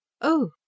Oh